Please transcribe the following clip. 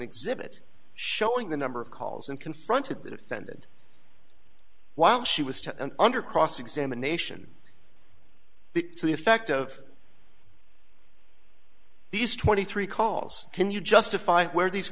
exhibit showing the number of calls and confronted that offended while she was to and under cross examination the effect of these twenty three calls can you justify where these